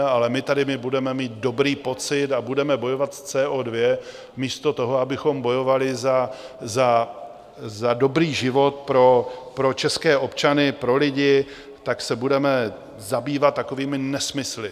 Ale my tady budeme mít dobrý pocit a budeme bojovat s CO2, místo toho, abychom bojovali za dobrý život pro české občany, pro lidi, tak se budeme zabývat takovými nesmysly.